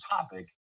topic